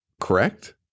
correct